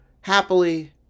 Happily